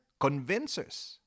convincers